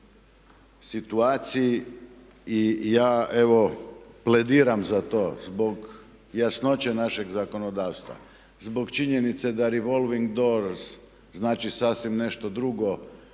situaciji i ja evo plediram za to zbog jasnoće našeg zakonodavstva, zbog činjenice da revolving door znači sasvim nešto drugo